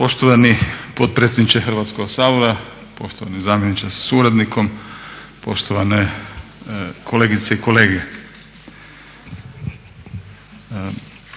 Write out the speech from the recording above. Poštovani potpredsjedniče Hrvatskog sabora, poštovani zamjeniče sa suradnikom, poštovane kolegice i kolege.